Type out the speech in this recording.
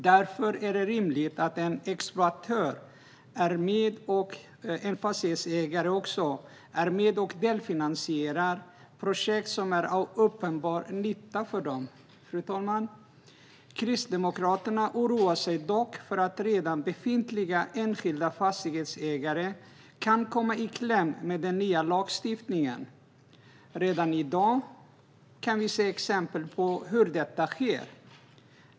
Därför är det rimligt att en exploatör eller fastighetsägare är med och delfinansierar projekt som är av uppenbar nytta för dem. Fru talman! Kristdemokraterna oroar sig dock för att redan befintliga enskilda fastighetsägare kan komma i kläm med den nya lagstiftningen. Redan i dag kan vi se exempel på hur detta sker.